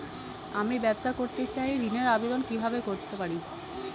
আমি ব্যবসা করতে চাই ঋণের আবেদন কিভাবে করতে পারি?